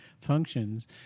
functions